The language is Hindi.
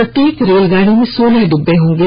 प्रत्येक रेलगाड़ी में सोलह डिब्बे होंगे